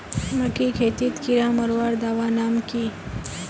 मकई खेतीत कीड़ा मारवार दवा नाम की?